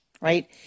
right